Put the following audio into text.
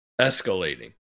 escalating